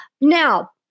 Now